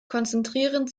konzentrieren